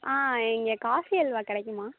ஆ இங்கே காசி அல்வா கிடைக்குமா